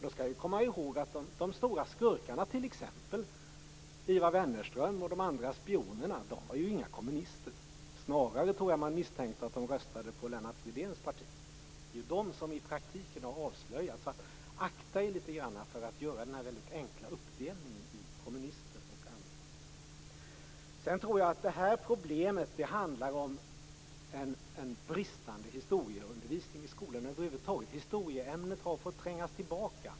Då skall vi komma ihåg att de stora skurkarna, t.ex. Stig Wennerström och de andra spionerna, inte var några kommunister. Jag tror att man snarare misstänkte att de röstade på Lennart Fridéns parti. Det är ju de som i praktiken har avslöjats. Så akta er litet grand för att göra den väldigt enkla uppdelningen i kommunister och andra. Jag tror att det här problemet handlar om en bristande historieundervisning i skolorna. Över huvud taget har historieämnet fått trängas tillbaka.